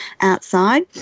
outside